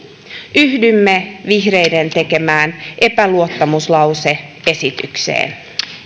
yhdymme vihreiden tekemään epäluottamuslause esitykseen